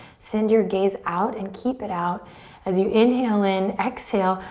send your gaze out and keep it out as you inhale in, exhale,